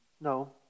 No